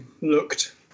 looked